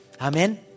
Amen